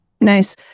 Nice